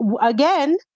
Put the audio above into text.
again